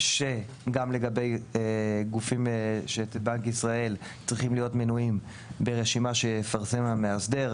שגם לגבי גופים שבנק ישראל צריכים להיות מנויים ברשימה שיפרסם המאסדר,